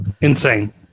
Insane